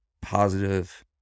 positive